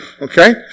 okay